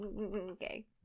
okay